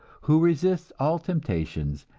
who resists all temptations,